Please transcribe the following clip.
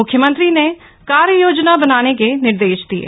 मुख्यमंत्री ने कार्य योजना बनाने के निर्देश दिये